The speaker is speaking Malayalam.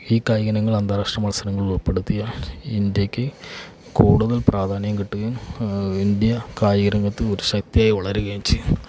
ഈ കായിക ഇനങ്ങൾ അന്താരാഷ്ട്ര മത്സരങ്ങളിൽ ഉൾപ്പെടുത്തിയാൽ ഇന്ത്യയ്ക്ക് കൂടുതൽ പ്രാധാന്യം കിട്ടുകയും ഇന്ത്യ കായിക രംഗത്ത് ഒരു ശക്തിയായി വളരുകയും ചെയ്യും